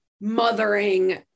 mothering